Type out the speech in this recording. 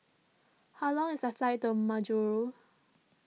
how long is the flight to Majuro